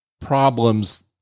problems